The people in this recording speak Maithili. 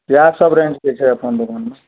इहए सब रेन्जके छै अपन दोकानमे